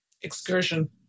excursion